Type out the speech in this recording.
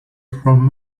from